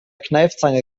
kneifzange